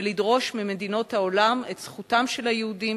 ולדרוש ממדינות העולם את זכותם של היהודים